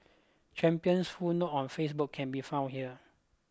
champion's full note on Facebook can be found here